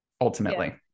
ultimately